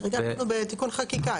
כרגע אנחנו בתיקון חקיקה.